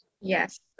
Yes